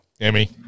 Emmy